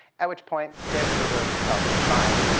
at which point j. edgar hoover helped design